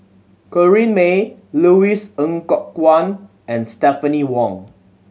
Corrinne May Louis Ng Kok Kwang and Stephanie Wong